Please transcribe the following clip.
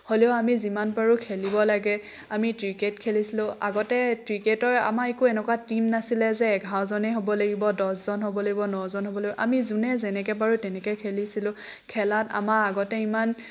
হ'লেও আমি যিমান পাৰোঁ খেলিব লাগে আমি ক্ৰিকেট খেলিছিলোঁ আগাতে ক্ৰিকেটৰ আমাৰ একো এনেকুৱা টিম নাছিলে যে এঘাৰজনে হ'ব লাগিব দহজন হ'ব লাগিব নজন হ'ব লাগিব আমি যোনে যেনেকৈ পাৰোঁ তেনেকৈ খেলিছিলোঁ খেলাত আমাৰ আগতে ইমান